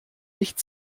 nicht